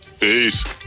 Peace